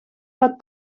pot